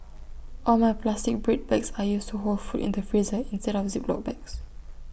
all my plastic bread bags are used to hold food in the freezer instead of Ziploc bags